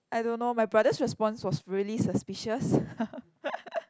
I don't know my brother's response was really suspicious